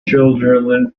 children